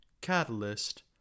Catalyst